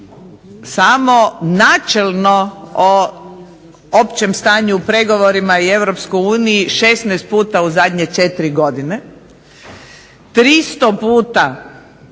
Samo načelno o općem stanju u pregovorima i Europskoj uniji 16 puta u zadnje četiri godine, 300 puta